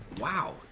wow